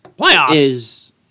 Playoffs